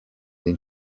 den